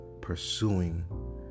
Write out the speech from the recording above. pursuing